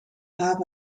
haven